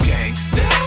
Gangsta